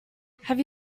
have